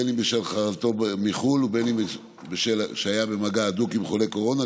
בין אם בשל חזרתו מחו"ל ובין אם משום שהיה במגע הדוק עם חולה קורונה,